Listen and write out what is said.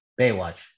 Baywatch